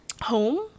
Home